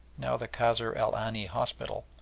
now the kasr el aini hospital,